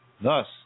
Thus